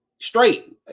straight